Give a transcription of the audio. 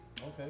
Okay